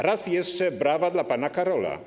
Raz jeszcze brawa dla pana Karola.